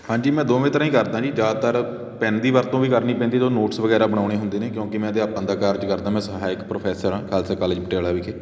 ਹਾਂਜੀ ਮੈਂ ਦੋਵੇਂ ਤਰ੍ਹਾਂ ਹੀ ਕਰਦਾ ਜੀ ਜ਼ਿਆਦਾਤਰ ਪੈੱਨ ਦੀ ਵਰਤੋਂ ਵੀ ਕਰਨੀ ਪੈਂਦੀ ਜਦੋਂ ਨੋਟਿਸ ਵਗੈਰਾ ਬਣਾਉਣੇ ਹੁੰਦੇ ਨੇ ਕਿਉਂਕਿ ਮੈਂ ਅਧਿਆਪਨ ਦਾ ਕਾਰਜ ਕਰਦਾ ਮੈਂ ਸਹਾਇਕ ਪ੍ਰੋਫੈਸਰ ਹਾਂ ਖਾਲਸਾ ਕਾਲਜ ਪਟਿਆਲਾ ਵਿਖੇ